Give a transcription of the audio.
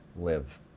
live